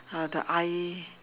uh the eye